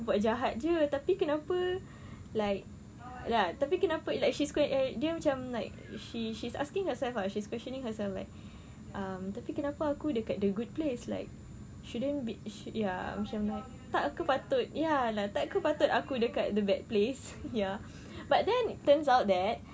buat jahat jer tapi kenapa like ya tapi kenapa like she's quite dia macam like she's she's asking herself she's questioning herself like um tapi kenapa aku dekat the good place like shouldn't be ya macam like tak ke patut ya lah tak ke patut aku dekat the bad place ya but then turns out that